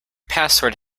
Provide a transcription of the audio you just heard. password